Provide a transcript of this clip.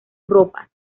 ropas